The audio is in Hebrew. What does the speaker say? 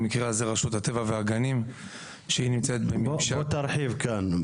במקרה הזה רשות הטבע והגנים שהיא נמצאת --- בוא תרחיב כאן.